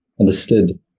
understood